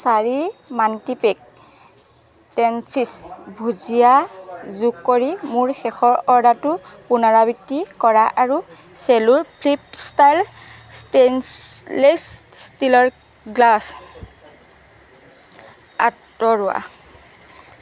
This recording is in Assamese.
চাৰি মাণ্টিপেক টেনছীচ ভুজিয়া যোগ কৰি মোৰ শেষৰ অৰ্ডাৰটোৰ পুনৰাবৃত্তি কৰা আৰু চেলো ফ্লিপ ষ্টাইল ষ্টেইনলেছ ষ্টীলৰ ফ্লাস্ক আঁতৰোৱা